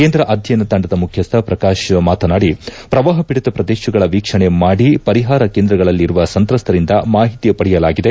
ಕೇಂದ್ರ ಅಧ್ಯಯನ ತಂಡದ ಮುಖ್ಯಸ್ಥ ಪ್ರಕಾಶ್ ಮಾತನಾಡಿ ಪ್ರವಾಪ ಪೀಡಿತ ಪ್ರದೇಶಗಳ ವೀಕ್ಷಣೆ ಮಾಡಲಾಗಿದೆ ಪರಿಹಾರ ಕೇಂದ್ರದಲ್ಲಿರುವ ಸಂತ್ರಸ್ತರಿಂದ ಮಾಹಿತಿ ಪಡೆಯಲಾಗಿದೆ